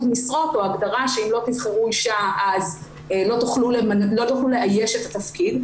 משרות או הגדרה שאם לא תבחרו אישה לא תוכלו לאייש את התפקיד,